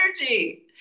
energy